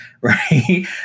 right